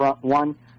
One